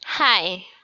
Hi